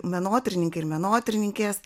menotyrininkai ir menotyrininkės